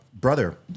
brother